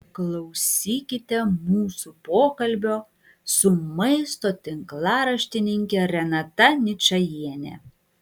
klausykite mūsų pokalbio su maisto tinklaraštininke renata ničajiene